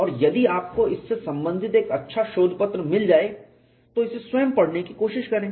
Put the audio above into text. और यदि आपको इससे संबंधित एक अच्छा शोध पत्र मिल जाए तो इसे स्वयं पढ़ने की कोशिश करें